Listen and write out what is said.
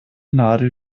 nadel